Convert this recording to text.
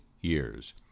years